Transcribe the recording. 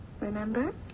remember